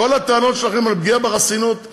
כל הטענות שלכם על פגיעה בחסינות,